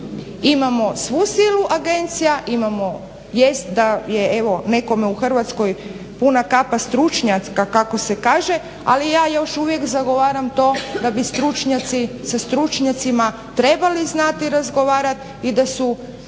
Imamo svu silu agencija, imamo vijest da je evo nekome u Hrvatskoj puna kapa stručnjaka kako se kaže, ali ja još uvijek zagovaram to da bi stručnjaci sa stručnjacima trebali znati razgovarati i da se